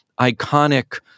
iconic